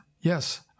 Yes